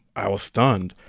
i was stunned.